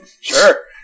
Sure